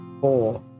Four